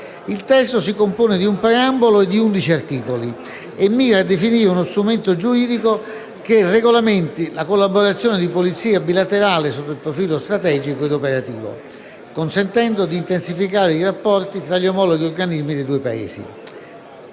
Il testo si compone di un preambolo e di 11 articoli e mira a definire uno strumento giuridico che regolamenti la collaborazione di polizia bilaterale sotto il profilo strategico ed operativo, consentendo di intensificare i rapporti tra gli omologhi organismi dei due Paesi.